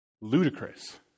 Ludicrous